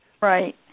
Right